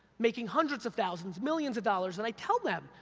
making hundreds of thousands, millions of dollars, and i tell them,